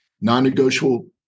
Non-negotiable